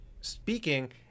speaking